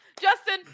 justin